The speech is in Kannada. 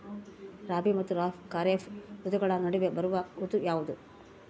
ರಾಬಿ ಮತ್ತು ಖಾರೇಫ್ ಋತುಗಳ ನಡುವೆ ಬರುವ ಋತು ಯಾವುದು?